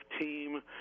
team